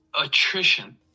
attrition